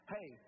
Hey